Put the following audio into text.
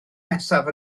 nesaf